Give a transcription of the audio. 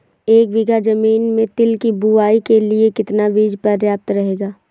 एक बीघा ज़मीन में तिल की बुआई के लिए कितना बीज प्रयाप्त रहेगा?